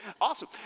awesome